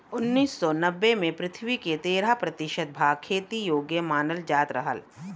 उन्नीस सौ नब्बे में पृथ्वी क तेरह प्रतिशत भाग खेती योग्य मानल जात रहल